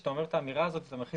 כשאתה אומר את האמירה הזאת זה מכניס